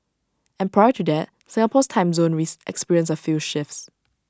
and prior to that Singapore's time zone raise experienced A few shifts